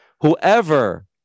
Whoever